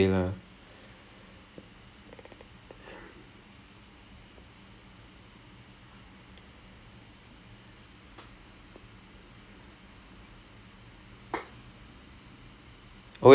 ya ya it's it's err ya I remember என் அப்பா சொன்னாங்கே:en appa sonnaangae you see a proper indoor cricket match then you will understand so err when he went on tour I followed him just to see the games